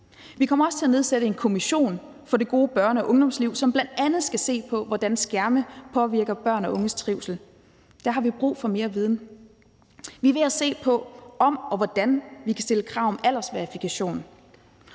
Vi kommer også til at nedsætte en kommission for det gode børne- og ungdomsliv, som bl.a. skal se på, hvordan skærme påvirker børn og unges trivsel. Der har vi brug for mere viden. Vi er ved at se på, om og hvordan vi kan stille krav om aldersverifikation,